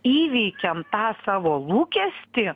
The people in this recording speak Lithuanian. įveikiam tą savo lūkestį